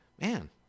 man